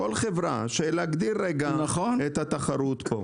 כדי להגדיל את התחרות פה.